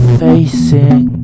facing